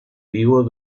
vivo